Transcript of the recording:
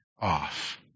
Off